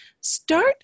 Start